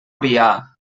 biar